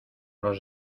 los